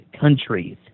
countries